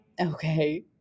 Okay